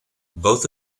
both